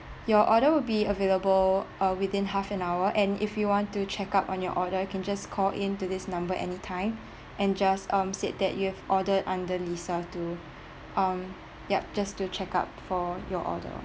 your order will be available uh within half an hour and if you want to check up on your order can just call in to this number anytime and just um said that you've ordered under lisa to um yup just to check up for your order